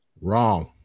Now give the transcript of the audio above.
Wrong